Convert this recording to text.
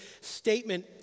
statement